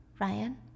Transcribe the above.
Ryan